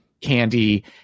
Candy